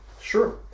Sure